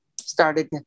started